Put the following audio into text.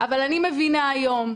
אבל אני מבינה היום,